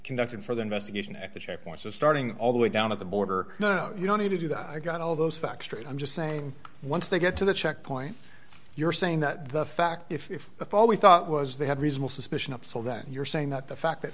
conducted for the investigation at the checkpoints and starting all the way down at the border you don't need to do that i got all those facts straight i'm just saying once they get to the checkpoint you're saying that the fact if the fall we thought was they have reasonable suspicion up so that you're saying that the fact that